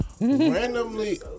randomly